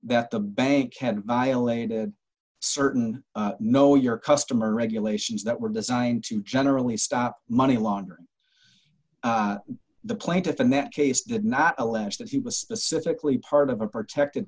that the bank had violated certain know your customer regulations that were designed to generally stop money laundering the plaintiff in that case did not allege that he was specifically part of a protected